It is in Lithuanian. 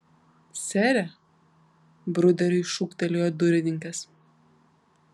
sere bruderiui šūktelėjo durininkas